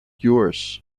yours